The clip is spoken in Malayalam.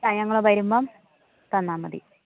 ആ ഞങ്ങൾ വരുമ്പം തന്നാൽ മതി